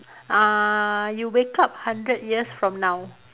uh you wake up hundred years from now